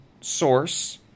source